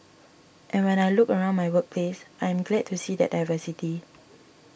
and when I look around my workplace I am glad to see that diversity